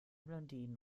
blondinen